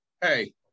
Hey